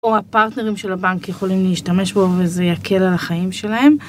פה הפרטנרים של הבנק יכולים להשתמש בו וזה יקל על החיים שלהם.